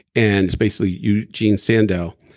and it's basically eugen sandow.